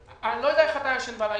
אני לא יודע איך אתה ישן בלילה,